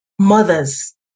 mothers